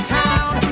town